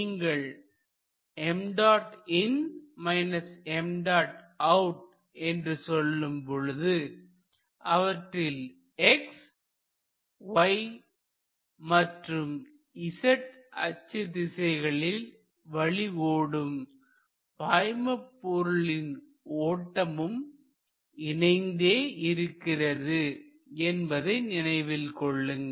நீங்கள் என்று சொல்லும்பொழுது அவற்றில் x y மற்றும் z அச்சு திசைகளில் வழி ஓடும் பாய்மபொருளின் ஓட்டமும் இணைந்தே இருக்கிறது என்பதை நினைவில் கொள்ளுங்கள்